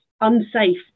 unsafe